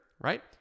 right